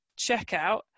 checkout